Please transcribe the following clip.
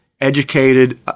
educated